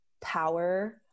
power